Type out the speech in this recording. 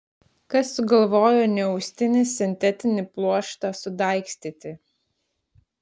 kas sugalvojo neaustinį sintetinį pluoštą sudaigstyti